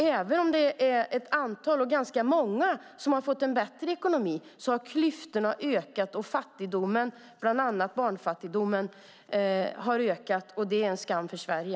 Även om det är ganska många som har fått bättre ekonomi har klyftorna ökat och fattigdomen, bland annat barnfattigdomen, ökat. Det är en skam för Sverige.